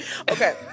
Okay